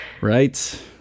right